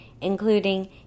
including